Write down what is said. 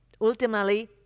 ultimately